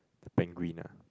penguin ah